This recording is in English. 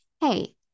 hey